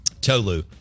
Tolu